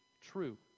true